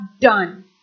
done